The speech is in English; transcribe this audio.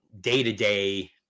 day-to-day